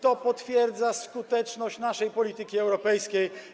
To potwierdza skuteczność naszej polityki europejskiej.